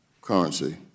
currency